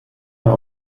mehr